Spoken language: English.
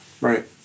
Right